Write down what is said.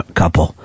couple